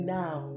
now